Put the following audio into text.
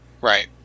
Right